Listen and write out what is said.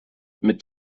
mit